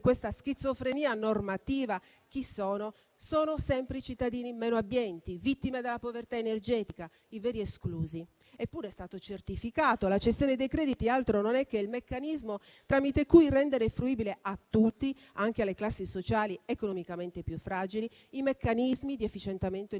è stato certificato: la cessione dei crediti altro non è che il meccanismo tramite cui rendere fruibile a tutti, anche alle classi sociali economicamente più fragili, i meccanismi di efficientamento energetico